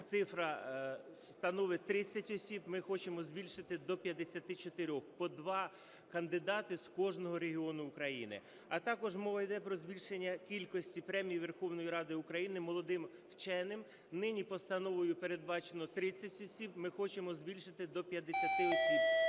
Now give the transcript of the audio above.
цифра становить 30 осіб. Ми хочемо збільшити до 54, по два кандидати з кожного регіону України. А також мова йде про збільшення кількості премій Верховної Ради України молодим вченим. Нині постановою передбачено 30 осіб, ми хочемо збільшити до 50 осіб